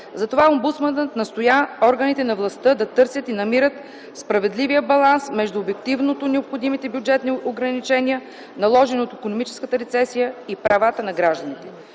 Затова омбудсманът настоя органите на властта да търсят и намират справедливия баланс между обективно необходимите бюджетни ограничения, наложени от икономическата рецесия и правата на гражданите.